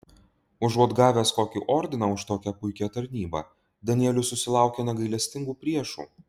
užuot gavęs kokį ordiną už tokią puikią tarnybą danielius susilaukia negailestingų priešų